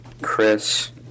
Chris